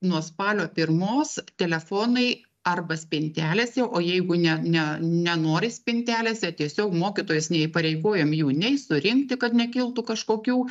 nuo spalio pirmos telefonai arba spintelėse o jeigu ne ne nenori spintelėse tiesiog mokytojas neįpareigojam jų nei surinkti kad nekiltų kažkokių